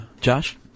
Josh